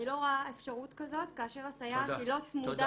אני לא רואה אפשרות כזאת, כאשר הסייעת לא צמודה